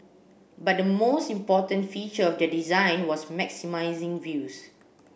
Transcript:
but the most important feature of their design was maximising views